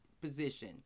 position